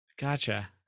Gotcha